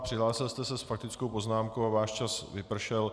Přihlásil jste se s faktickou poznámkou a váš čas vypršel.